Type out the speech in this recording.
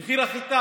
אני אומר לך